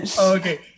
okay